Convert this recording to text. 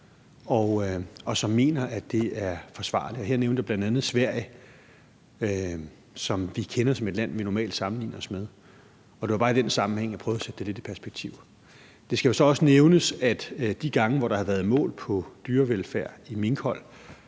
og som mener, at det er forsvarligt, og her nævnte jeg bl.a. Sverige, som vi kender som et land, vi normalt sammenligner os med. Og det var bare i den sammenhæng, jeg prøvede at sætte det lidt i perspektiv. Det skal jo så også nævnes, at de gange, hvor der har været målt på dyrevelfærd i minkhold,